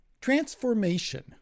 Transformation